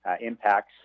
impacts